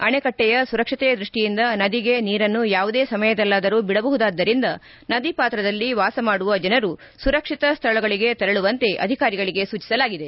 ಅಣೆಕಟ್ಟೆಯ ಸುರಕ್ಷತೆಯ ದೃಷ್ಟಿಯಿಂದ ನದಿಗೆ ನೀರನ್ನು ಯಾವುದೇ ಸಮಯದಲ್ಲಾದರೂ ಬಿಡಬಹುದಾದ್ದರಿಂದ ನದಿ ಪಾತ್ರದಲ್ಲಿ ವಾಸಮಾಡುವ ಜನರು ಸುರಕ್ಷಿತ ಸ್ವಳಗಳಿಗೆ ತೆರಳುವಂತೆ ಅಧಿಕಾರಿಗಳು ಸೂಚಿಸಿದ್ದಾರೆ